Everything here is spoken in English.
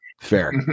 fair